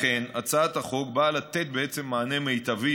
לכן הצעת החוק באה לתת מענה מיטבי,